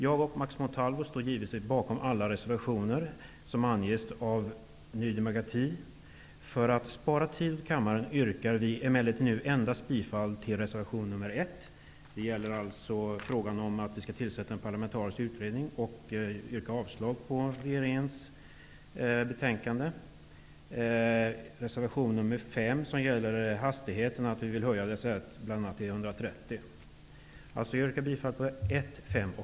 Jag och Max Montalvo står givetvis bakom alla reservationer som anges av Ny demokrati, men för att spara tid åt kammaren yrkar vi nu endast bifall till reservationen som handlar om att tillsätta en parlamentarisk utredning och avslag på utskottets hemställan. Vi yrkar bifall till reservationen som handlar om att höja den högsta tillåta hastigheten till 130 km/tim på motorvägar. Herr talman!